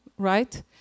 Right